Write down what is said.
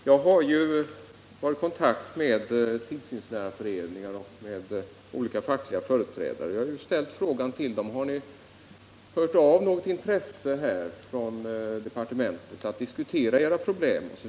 Herr talman! Jag har varit i kontakt med tillsynslärarnas föreningar och med olika fackliga företrädare. Jag har till dem ställt frågan: Har ni från departementet hört av något intresse för att diskutera era problem?